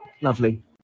Lovely